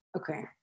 Okay